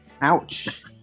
Ouch